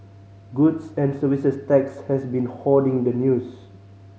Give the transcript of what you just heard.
goods and Services Tax has been hoarding the news